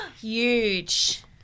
Huge